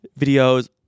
videos